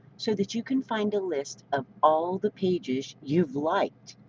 so that you can find a list of all the pages you've liked.